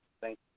Thank